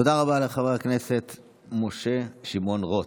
תודה רבה לחבר הכנסת משה שמעון רוט.